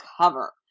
cover